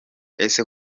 ese